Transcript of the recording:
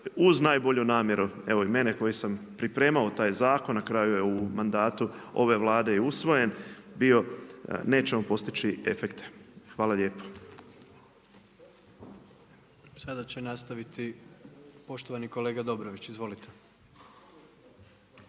uz najbolju namjeru, evo i mene koji sam pripremao taj zakon, na kraju je u mandatu ove Vlade usvojen bio, nećemo postići efekte. Hvala lijepo. **Jandroković, Gordan (HDZ)** Sada će nastaviti poštovani kolega Dobrović. Izvolite.